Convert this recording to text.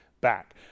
back